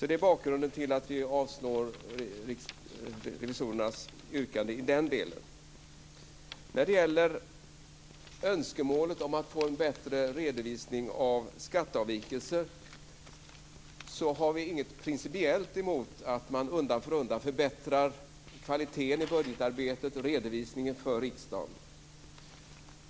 Det är bakgrunden till att vi avstyrker revisorernas yrkande i den delen. När det gäller önskemålet om att få en bättre redovisning av skatteavvikelser har vi inget principiellt emot att man undan för undan förbättrar kvaliteten i budgetarbetet och redovisningen för riksdagen.